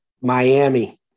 Miami